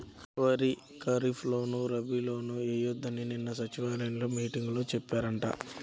వరిని ఖరీప్ లోను, రబీ లోనూ ఎయ్యొద్దని నిన్న సచివాలయం మీటింగులో చెప్పారంట